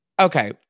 Okay